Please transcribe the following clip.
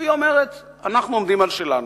והיא אומרת: אנחנו עומדים על שלנו,